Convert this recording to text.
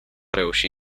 reuși